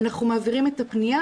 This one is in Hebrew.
אנחנו מעבירים את הפניה,